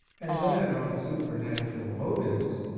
and that on supernatural motives,